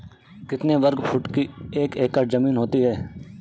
कितने वर्ग फुट की एक एकड़ ज़मीन होती है?